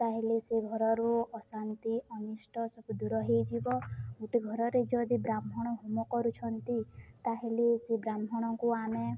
ତା'ହେଲେ ସେ ଘରରୁ ଅଶାନ୍ତି ଅନିଷ୍ଟ ସବୁ ଦୂର ହେଇଯିବ ଗୋଟେ ଘରରେ ଯଦି ବ୍ରାହ୍ମଣ ହୋମ କରୁଛନ୍ତି ତା'ହେଲେ ସେ ବ୍ରାହ୍ମଣଙ୍କୁ ଆମେ